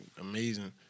Amazing